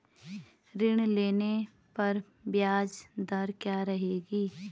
ऋण लेने पर ब्याज दर क्या रहेगी?